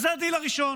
זה הדיל הראשון.